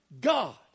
God